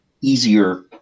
easier